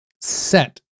set